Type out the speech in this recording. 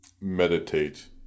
meditate